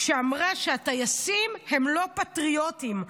שאמרה שהטייסים הם לא פטריוטים,